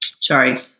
Sorry